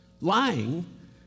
Lying